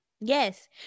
Yes